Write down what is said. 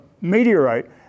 meteorite